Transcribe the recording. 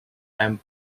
and